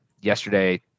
yesterday